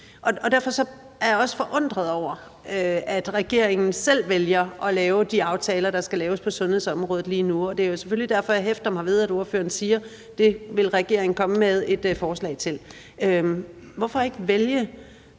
Derfor er jeg også forundret over, at regeringen selv vælger at lave de aftaler, der skal laves på sundhedsområdet lige nu, og det er jo selvfølgelig derfor, jeg hæfter mig ved, at ordføreren siger, at det vil regeringen komme med et forslag til. Hvorfor ikke vælge